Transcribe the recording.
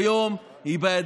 בן יום ובן לילה הדברים